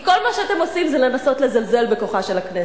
כי כל מה שאתם עושים זה לנסות לזלזל בכוחה של הכנסת.